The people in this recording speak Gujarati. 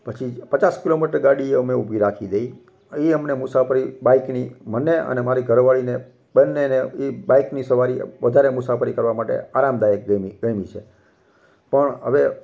પછી પચાસ કિલોમીટર ગાડી એ અમે ઊભી રાખી દઈ એ અમને મુસાફરી બાઇકની મને અને મારી ઘરવાળીને બંનેને એ બાઇકની સવારી વધારે મુસાફરી કરવા માટે આરામદાયક ગમી ગમી છે પણ હવે